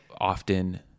often